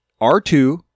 R2